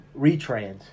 retrans